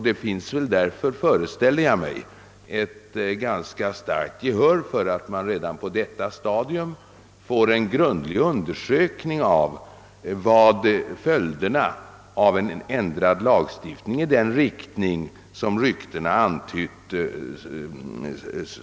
Det finns därför, föreställer jag mig, ett ganska starkt gehör för att man redan på detta stadium får en grundlig undersökning av följderna av en ändrad lagstiftning i den riktning som ryktena antytt.